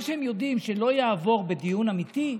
ואת מה שהם יודעים שלא יעבור בדיון אמיתי,